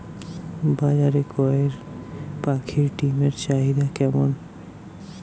বাজারে কয়ের পাখীর ডিমের চাহিদা কেমন?